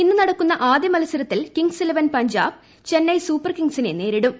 ഇന്ന് നടക്കുന്ന ആദ്യമത്സരത്തിൽ Kings eleven Punjab Chennai super കിംഗ്സിനെ നേരിടും